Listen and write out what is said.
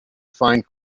find